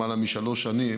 למעלה משלוש שנים,